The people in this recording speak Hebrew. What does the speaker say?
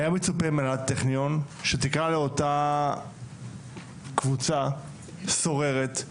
היה מצופה מהטכניון שתקרא לאותה קבוצה סוררת,